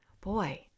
Boy